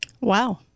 Wow